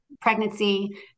pregnancy